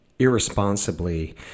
irresponsibly